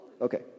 Okay